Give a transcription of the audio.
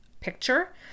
picture